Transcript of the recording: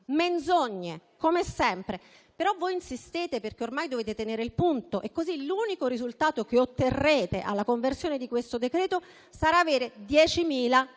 Menzogne, come sempre. Voi però insistete, perché ormai dovete tenere il punto e così l'unico risultato che otterrete alla conversione di questo decreto-legge sarà avere 10.000